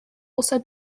also